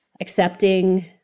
accepting